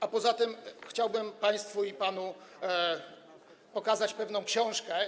A poza tym chciałbym państwu i panu pokazać pewną książkę.